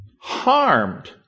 harmed